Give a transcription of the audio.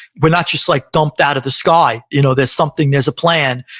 we're not just like dumped out of the sky. you know there's something, there's a plan,